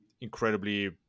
incredibly